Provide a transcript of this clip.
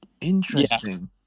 Interesting